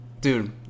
dude